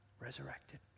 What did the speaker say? resurrected